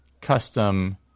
custom